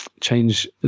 change